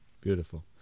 beautiful